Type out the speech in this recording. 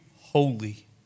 holy